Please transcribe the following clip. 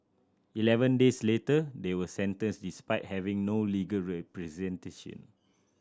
eleven days later they were sentenced despite having no legal representation